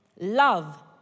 love